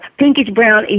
pinkish-brown